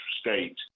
state